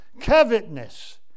covetousness